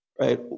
right